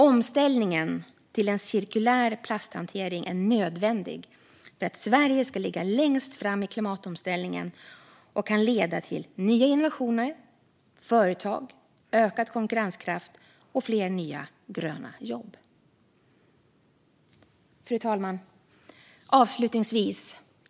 Omställningen till en cirkulär plasthantering är nödvändig för att Sverige ska ligga längst fram i klimatomställningen och kan leda till nya innovationer och företag, ökad konkurrenskraft och fler nya gröna jobb. Fru talman!